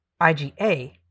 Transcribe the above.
IgA